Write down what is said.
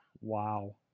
Wow